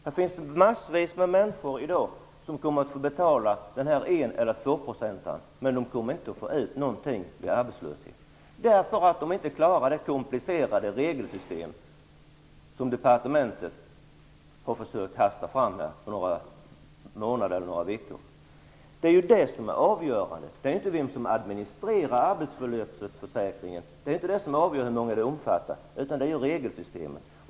Det finns massor av människor som kommer att få betala dessa 1 % eller 2 % utan att få ut någonting vid arbetslöshet, eftersom de inte klarar av det komplicerade regelsystem som departementet har försökt hasta fram på några månader eller veckor. Det avgörande för hur många arbetslöshetsförsäkringen omfattar är inte vem som administrerar den, utan det är regelsystemet.